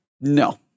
No